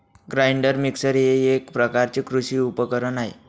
grinder mixer हे एक प्रकारचे कृषी उपकरण आहे